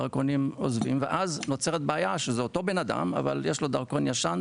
דרכונים עוזבים ואז נוצרת בעיה שזה אותו אדם אבל יש לו דרכון ישן,